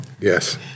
Yes